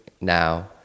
now